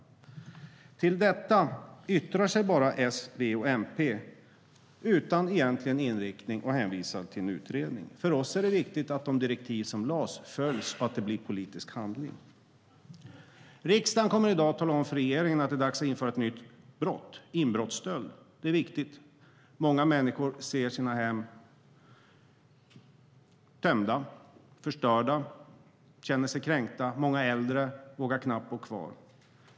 När det gäller detta yttrar sig S, V och MP utan någon egentlig inriktning. De hänvisar till en utredning. För oss är det viktigt att de direktiv som gavs följs och att det blir politisk handling. Riksdagen kommer i dag att tala om för regeringen att det är dags att införa ett nytt brott: inbrottsstöld. Det är viktigt. Många människor ser sina hem tömda och förstörda. De känner sig kränkta. Många äldre vågar knappt bo kvar.